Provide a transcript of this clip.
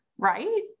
Right